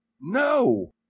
No